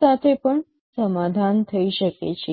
સાથે પણ સમાધાન થઈ શકે છે